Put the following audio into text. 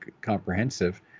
comprehensive